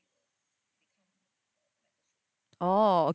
oh